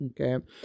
okay